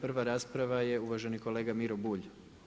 Prva rasprava je uvaženi kolega Miro Bulj.